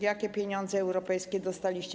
Jakie pieniądze europejskie dostaliście?